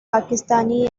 pakistani